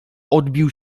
odbił